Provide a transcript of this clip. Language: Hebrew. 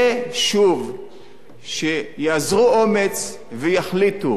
ושוב, שיאזרו אומץ ויחליטו,